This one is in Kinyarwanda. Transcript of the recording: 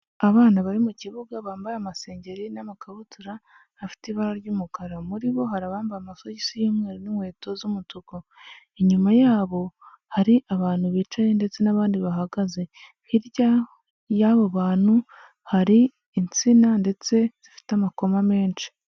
Abana bari mu kibuga bambaye amasengeri n'amakabutura afite ibara ry'umukara, muri bo hari abambaye amasogisi y'umweru n'inkweto z'umutuku, inyuma yabo hari abantu bicaye ndetse n'abandi bahagaze, hirya y'abo bantu hari insina ndetse zifite amakoma menshi.